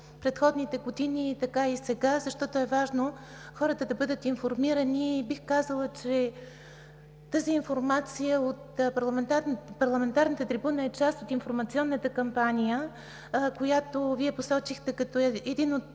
предходните години, така и сега, защото е важно хората да бъдат информирани. Бих казала, че тази информация от парламентарната трибуна е част от информационната кампания, която Вие посочихте като един от